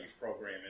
program